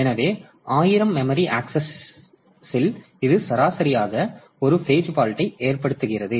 எனவே 1000 மெமரி ஆக்சஸ்ல் இது சராசரியாக ஒரு பேஜ் பால்ட்யை ஏற்படுத்துகிறது